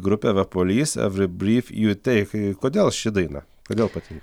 grupė the police every breathe you take kodėl ši daina kodėl patinka